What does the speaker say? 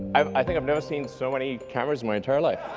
i think i've never seen so many cameras my entire life.